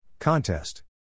Contest